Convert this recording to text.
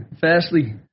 firstly